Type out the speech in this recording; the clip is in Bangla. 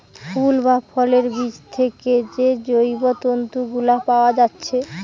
ফুল বা ফলের বীজ থিকে যে জৈব তন্তু গুলা পায়া যাচ্ছে